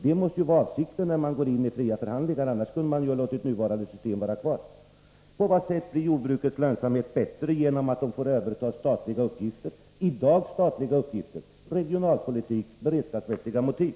Detta måste vara avsikten när man går in i fria förhandlingar, annars skulle man ju ha låtit det nuvararande systemet vara kvar. På vilket sätt blir jordbrukets lönsamhet bättre genom att det får överta uppgifter som i dag är statliga — av regionalpolitiska och beredskapsmässiga motiv?